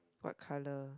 what colour